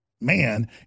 man